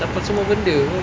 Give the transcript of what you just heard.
dapat semua benda [pe]